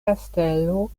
kastelo